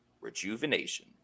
Rejuvenation